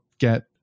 get